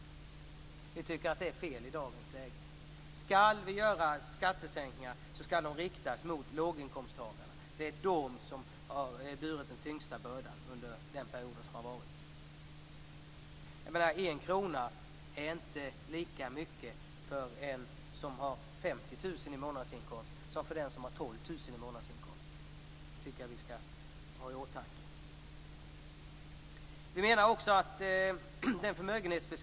Vi tycker att det i dagens läge är fel. Skattesänkningar skall riktas mot låginkomsttagarna. Det är de som har burit den tyngsta bördan under denna period. 1 krona är inte lika mycket för den som har 50 000 kr i månadsinkomst som för den som har 12 000 kr i månadsinkomst. Det tycker jag att vi skall ha i åtanke.